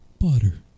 butter